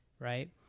Right